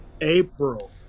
April